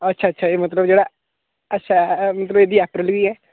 अच्छा अच्छा एह् मतलब जेह्ड़ा अच्छा मतलब एड़ी अप्रैल ई ऐ